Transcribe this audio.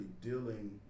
dealing